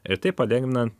ir taip palengvinant